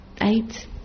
eight